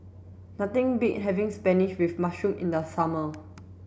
nothing beats having spinach with mushroom in the summer